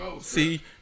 See